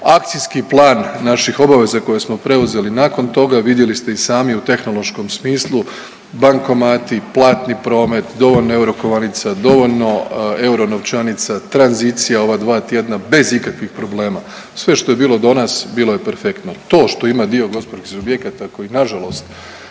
akcijski plan naših obaveza koje smo preuzeli nakon toga, vidjeli ste i sami u tehnološkom smislu, bankomati, platni promet, dovoljno eurokovanica, dovoljno euronovčanica, tranzicija, ova dva tjedna bez ikakvih problema. Sve što je bilo do nas, bilo je perfektno. To što ima dio gospodarskih subjekata koji nažalost